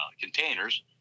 containers